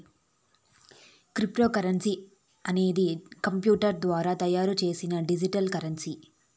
cryptocurrency అనేది computer ద్వారా తయారు చేసిన డిజిటల్ కరెన్సీ